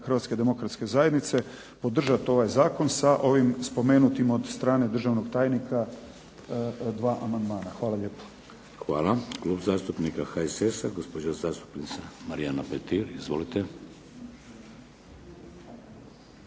Hrvatske demokratske zajednice podržat ovaj zakon sa ovim spomenutim od strane državnog tajnika dva amandmana. Hvala lijepo. **Šeks, Vladimir (HDZ)** Hvala. Klub zastupnika HSS-a, gospođa zastupnica Marijana Petir. Izvolite.